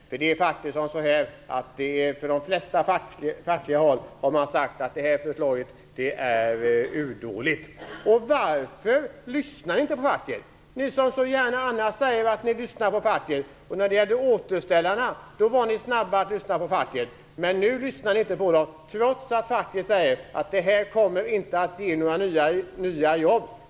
För från de flesta fackliga håll har man sagt att det här förslaget är urdåligt. Varför lyssnar ni inte på facket? Ni som så gärna annars säger att ni lyssnar på facket. När det gällde återställarna var ni snabba att lyssna på facket. Men nu lyssnar ni inte, trots att facket säger att det här inte kommer att ge några nya jobb.